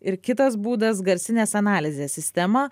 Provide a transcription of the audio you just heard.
ir kitas būdas garsinės analizės sistemą